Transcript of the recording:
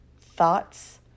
thoughts